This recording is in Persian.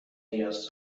نیاز